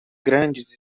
grandes